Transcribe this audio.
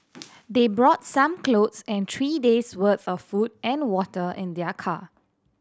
they brought some clothes and three days worth of food and water in their car